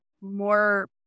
more